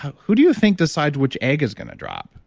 who do you think decides which egg is going to drop?